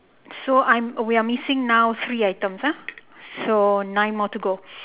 so I'm we are missing now three items ah so nine more to go